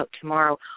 tomorrow